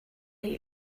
they